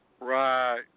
Right